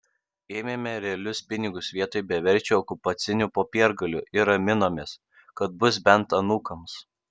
ėmėme realius pinigus vietoj beverčių okupacinių popiergalių ir raminomės kad bus bent anūkams